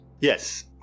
Yes